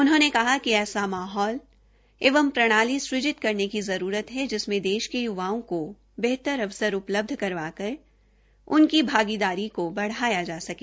उन्होंने कहा कि ऐसा माहौल एवं प्रणाली सुजित करने की जरूरत है जिनमें देश के य्वाओं को बेहतर अवसर उपलब्ध करवाकर उनकी भागीदारी को बकाया जा सके